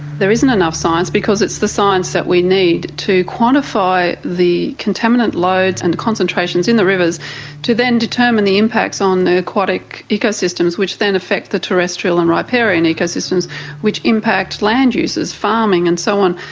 there isn't enough science because it's the science that we need to quantify the contaminant loads and concentrations in the rivers to then determine the impacts on aquatic ecosystems which then affect the terrestrial and riparian ecosystems which impact land uses, farming and so on.